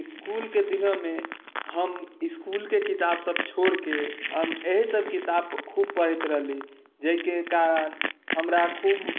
इसकुलके दिनमे हम इसकुलके किताबसब छोड़िकऽ हम एहिसब किताब खूब पढ़ैत रहली जाहिके कारण हमरा खूब